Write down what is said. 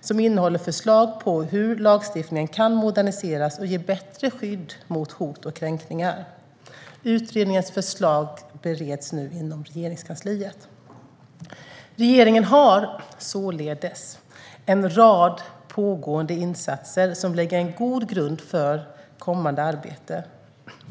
som innehåller förslag på hur lagstiftningen kan moderniseras och ge bättre skydd mot hot och kränkningar. Utredningens förslag bereds nu inom Regeringskansliet. Regeringen har således en rad pågående insatser som lägger en god grund för kommande arbete.